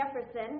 Jefferson